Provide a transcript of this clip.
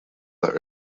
that